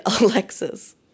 Alexis